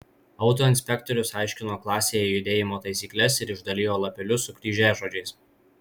autoinspektorius aiškino klasėje judėjimo taisykles ir išdalijo lapelius su kryžiažodžiais